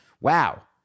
wow